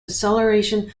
acceleration